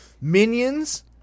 Minions